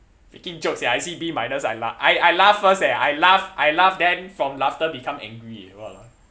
freaking joke sia I see B minus I laugh I I laugh first I laugh I laugh then from laughter become angry eh !walao!